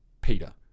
Peter